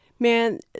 Man